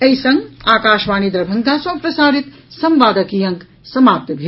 एहि संग आकाशवाणी दरभंगा सँ प्रसारित संवादक ई अंक समाप्त भेल